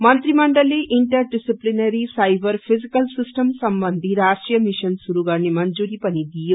मन्त्रिमण्डलले interdisciplinary साइव्स physical system सम्बन्धी राश्ट्रीय मिशन भाुरू गर्ने मंजूरी पनि दियो